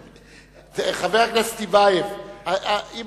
חבר הכנסת טיבייב, אם